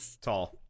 tall